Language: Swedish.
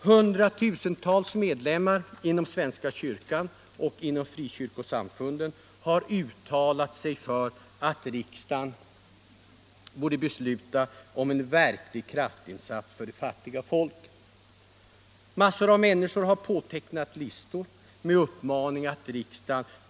Hundratusentals medlemmar inom svenska kyrkan och frikyrkosamfunden har uttalat sig för att riksdagen borde besluta om en verklig kraftinsats för de fattiga folken. Massor av människor har påtecknat listor med den uppmaningen till riksdagen.